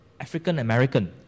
African-American